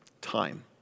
Time